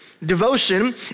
Devotion